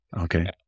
Okay